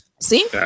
See